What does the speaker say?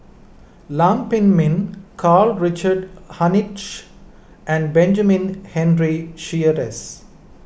Lam Pin Min Karl Richard Hanitsch and Benjamin Henry Sheares